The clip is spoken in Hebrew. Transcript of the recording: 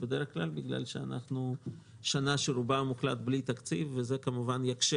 בדרך כלל בגלל שאנחנו בשנה שרובה המוחלט בלי תקציב וזה כמובן יקשה